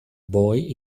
boy